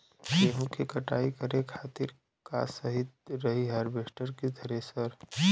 गेहूँ के कटाई करे खातिर का सही रही हार्वेस्टर की थ्रेशर?